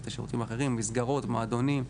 את השירותים הנוספים כמו מסגרות ומועדונים,